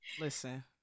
listen